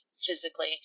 physically